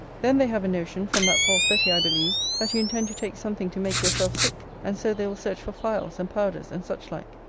then they have a notion, from that false betty i believe, that you intend to take something to make yourself sick and so they will search for phials and powders and such like.